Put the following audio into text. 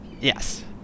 Yes